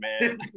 man